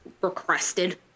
requested